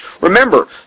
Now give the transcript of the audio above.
Remember